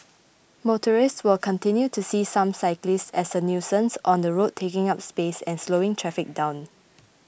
motorists will continue to see some cyclists as a nuisance on the road taking up space and slowing traffic down